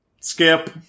Skip